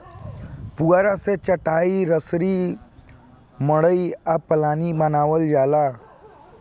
पुआरा से चाटाई, रसरी, मड़ई आ पालानी बानावल जाला